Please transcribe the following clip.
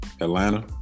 Atlanta